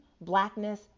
blackness